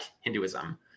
Hinduism